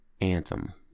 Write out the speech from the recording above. Anthem